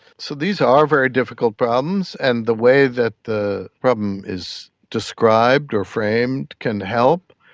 so these are very difficult problems, and the way that the problem is described or framed can help.